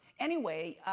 anyway,